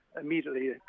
immediately